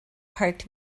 parked